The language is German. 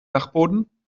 dachboden